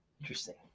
Interesting